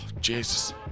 Jesus